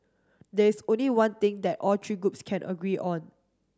there is only one thing that all three groups can agree on